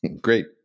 Great